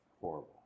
horrible